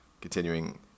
Continuing